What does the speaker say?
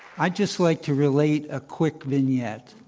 i'd just like to relate a quick vignette.